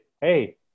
hey –